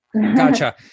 Gotcha